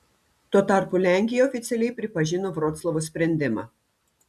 tuo tarpu lenkija oficialiai pripažino vroclavo sprendimą